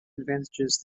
advantages